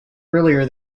earlier